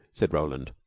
said roland.